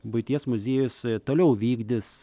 buities muziejus toliau vykdys